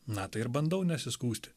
na tai ir bandau nesiskųsti